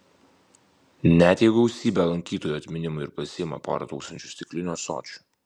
net jei gausybė lankytojų atminimui ir pasiima porą tūkstančių stiklinių ąsočių